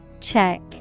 Check